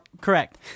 correct